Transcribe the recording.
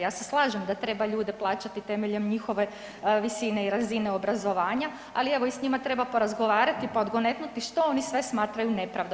Ja se slažem da treba ljude plaćati temeljem njihove visine i razine obrazovanja, ali evo i s njima treba porazgovarati, pa odgonetnuti što oni sve smatraju nepravdom.